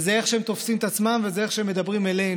וזה איך שהם תופסים את עצמם וזה איך שהם מדברים אלינו.